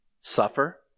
Suffer